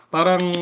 Parang